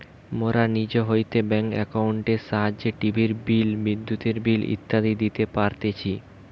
মোরা নিজ হইতে ব্যাঙ্ক একাউন্টের সাহায্যে টিভির বিল, বিদ্যুতের বিল ইত্যাদি দিতে পারতেছি